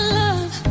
love